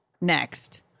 next